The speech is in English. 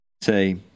Say